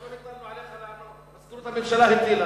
אנחנו לא הטלנו עליך לענות, מזכירות הממשלה הטילה.